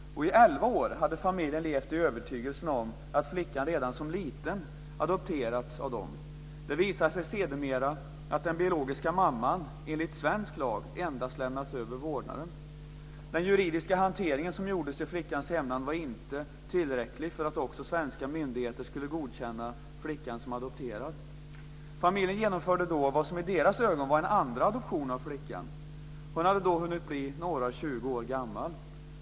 I elva år hade familjen levt i övertygelsen att flickan redan som liten adopterats av dem. Det visade sig sedermera att den biologiska mamman, enligt svensk lag, endast lämnat över vårdnaden. Den juridiska hantering som gjordes i flickans hemland var inte tillräcklig för att också svenska myndigheter skulle godkänna flickan som adopterad. Familjen genomförde då vad som i deras ögon var en andra adoption av flickan. Hon hade då hunnit bli några och tjugo år gammal.